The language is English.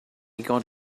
got